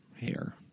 hair